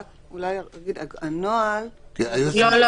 יש נוהל